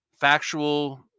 factual